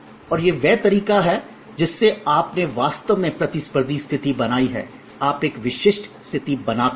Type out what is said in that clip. और यह वह तरीका है जिससे आपने वास्तव में प्रतिस्पर्धी स्थिति बनाई है आप एक विशिष्ट स्थिति बनाते हैं